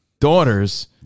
daughters